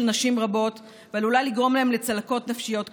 נשים רבות ועלולה לגרום להן לצלקות נפשיות קשות.